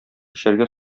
эчәргә